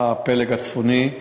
הפלג הצפוני.